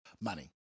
money